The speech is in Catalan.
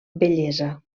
bellesa